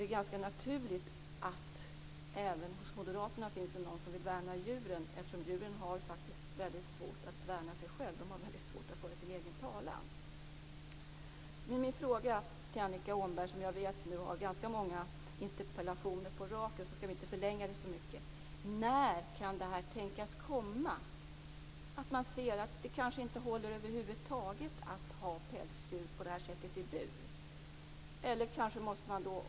Det är ganska naturligt att det även hos Moderaterna finns någon som vill värna djuren, eftersom djuren har svårt att värna sig själva och svårt att föra sin egen talan. Min fråga till Annika Åhnberg är: När kan insikten tänkas komma om att det över huvud taget inte håller att ha pälsdjur i bur på det här sättet?